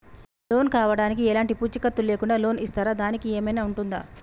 Loan కావడానికి ఎలాంటి పూచీకత్తు లేకుండా లోన్ ఇస్తారా దానికి ఏమైనా ఉంటుందా?